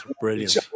Brilliant